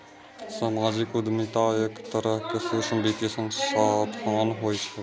सामाजिक उद्यमिता एक तरहक सूक्ष्म वित्तीय संस्थान होइ छै